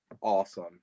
awesome